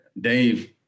Dave